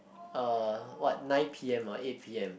uh what nine p_m or eight p_m